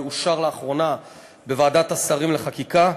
אושר לאחרונה בוועדת השרים לחקיקה,